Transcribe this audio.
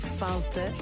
falta